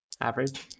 Average